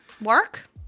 Work